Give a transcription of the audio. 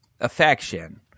affection